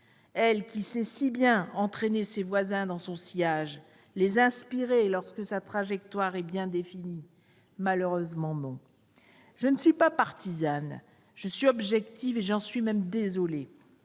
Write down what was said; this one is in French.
elle qui sait si bien entraîner ses voisins dans son sillage et les inspirer lorsque sa trajectoire est bien définie ? Malheureusement, non ! Je ne suis pas partisane ; je suis objective, et je suis même désolée